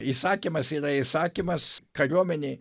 įsakymas yra įsakymas kariuomenėj